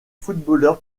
footballeur